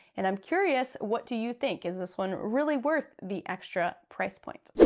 and i'm curious what do you think. is this one really worth the extra price point?